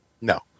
No